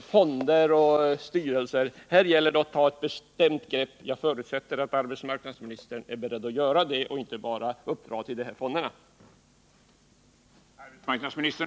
fonder och styrelser! Här gäller det att ta ett bestämt grepp. Jag förutsätter att arbetsmarknadsministern är beredd att göra det och inte bara lämna uppdrag Nr 150